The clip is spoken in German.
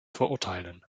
verurteilen